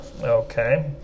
Okay